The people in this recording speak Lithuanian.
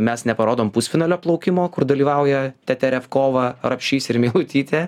mes neparodom pusfinalio plaukimo kur dalyvauja teterevkova rapšys ir meilutytė